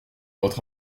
votre